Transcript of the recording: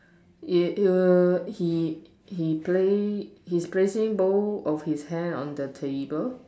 it it will he he play his placing both of his hand on the table